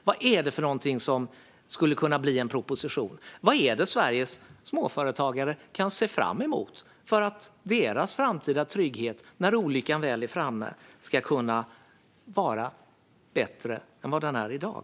Vad är det för någonting som skulle kunna bli en proposition? Vad är det Sveriges småföretagare kan se fram emot för att deras trygghet, när olyckan väl är framme, ska kunna vara bättre i framtiden än vad den är i dag?